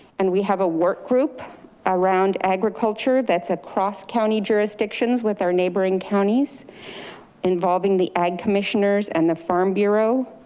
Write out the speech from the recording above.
and we have a work group around agriculture, that's across county jurisdictions with our neighboring counties involving the ag commissioners and the farm bureau,